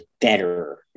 better